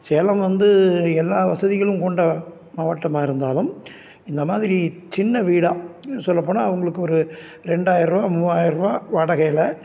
சேலம் வந்து எல்லா வசதிகளும் கொண்ட மாவட்டமாக இருந்தாலும் இந்த மாதிரி சின்ன வீடாக சொல்லப்போனால் அவங்களுக்கு ஒரு ரெண்டாயிரரூபா மூவாயிரரூபா வாடகையில்